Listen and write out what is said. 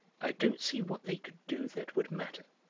i don't see what they could do that would matter,